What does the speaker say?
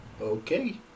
Okay